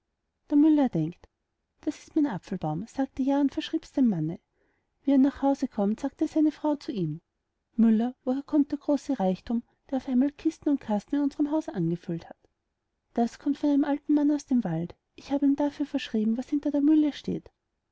der müller denkt das ist mein apfelbaum sagte ja und verschriebs dem manne wie er nach haus kommt sagt seine frau zu ihm müller woher kommt der große reichthum der auf einmal kisten und kasten in unserm haus angefüllt hat das kommt von einem alten mann aus dem wald ich hab ihm dafür verschrieben was hinter der mühle steht